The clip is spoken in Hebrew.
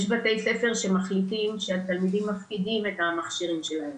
יש בתי ספר שמחליטים שהתלמידים מפקידים את המכשירים שלהם,